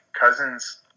Cousins